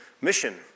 mission